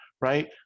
right